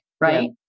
Right